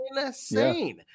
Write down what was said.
insane